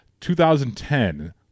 2010